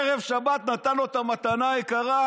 בערב שבת הוא נתן לו את המתנה היקרה,